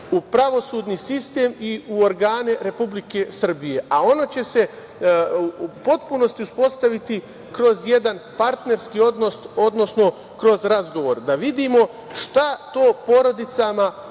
u pravosudni sistem i u organe Republike Srbije, a ono će se u potpunosti uspostaviti kroz jedan partnerski odnos, odnosno kroz razgovor da vidimo šta to porodicama